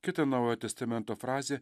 kitą naujojo testamento frazę